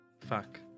Fuck